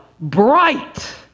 bright